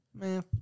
Man